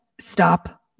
stop